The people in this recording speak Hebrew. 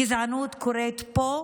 גזענות קורית פה,